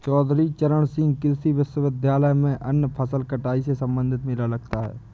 चौधरी चरण सिंह कृषि विश्वविद्यालय में अन्य फसल कटाई से संबंधित मेला लगता है